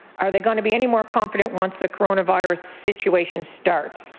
are they going to be anymore confident once the coronavirus situation starts.